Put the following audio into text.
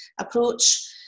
approach